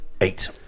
Eight